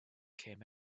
came